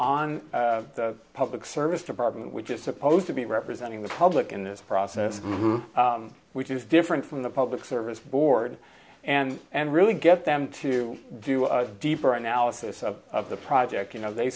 on the public service department which is supposed to be representing the public in this process which is different from the public service board and and really get them to do a deeper analysis of the project